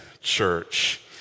church